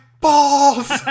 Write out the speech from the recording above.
balls